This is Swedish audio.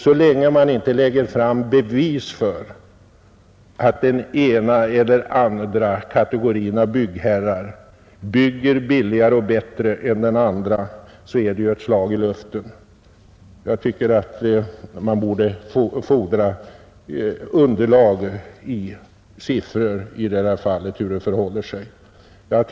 Så länge man inte lägger fram bevis för att den ena eller andra kategorin av byggherrar bygger billigare och bättre än den andra är det ett slag i luften. Man borde med hjälp av siffror fordra ett underlag för hur det förhåller sig.